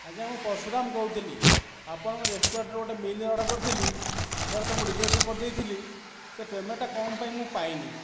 ଆଜ୍ଞା ମୁଁ ପର୍ଶୁରାମ କହୁଥିଲି ଆପଣଙ୍କ ରେଷ୍ଟୁରାଣ୍ଟରୁ ଗୋଟେ ମିଲ ଅର୍ଡ଼ର କରିଥିଲି ସେଗୁଡ଼ା ତ ମୁଁ ରିଜେକ୍ଟ କରିଦେଇଥିଲି ସେ ପେମେଣ୍ଟଟା କ'ଣ ପାଇଁ ମୁଁ ପାଇନି